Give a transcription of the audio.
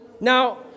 Now